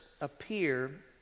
appear